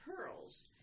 pearls